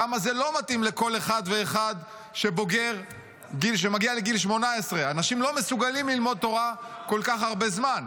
כמה זה לא מתאים לכל אחד ואחד שמגיע לגיל 18. אנשים לא מסוגלים ללמוד תורה כל כך הרבה זמן.